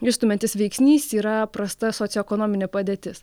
išstumiantis veiksnys yra prasta socioekonominė padėtis